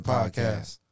Podcast